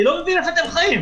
אני לא מבין איך אתם חיים.